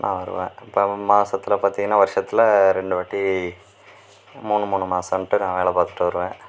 நான் வருவேன் இப்போ மாசத்தில் பார்த்திங்கன்னா வருஷத்தில் ரெண்டுவாட்டி மூணு மூணு மாசம்ன்ட்டு நான் வேலை பார்த்துட்டு வருவேன்